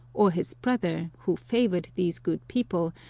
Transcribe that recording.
or his brother, who favoured these good people,